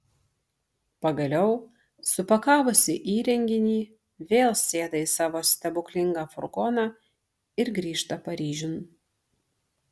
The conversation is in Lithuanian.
pagaliau supakavusi įrenginį vėl sėda į savo stebuklingą furgoną ir grįžta paryžiun